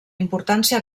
importància